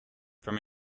from